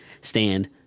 stand